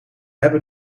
hebben